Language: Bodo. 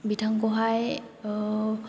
बिथांखौहाय